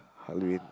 Halloween